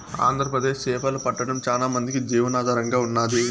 ఆంధ్రప్రదేశ్ చేపలు పట్టడం చానా మందికి జీవనాధారంగా ఉన్నాది